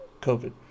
COVID